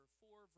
four